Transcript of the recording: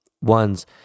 ones